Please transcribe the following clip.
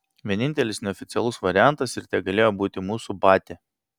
vienintelis neoficialus variantas ir tegalėjo būti mūsų batia